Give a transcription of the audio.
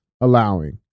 allowing